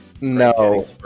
No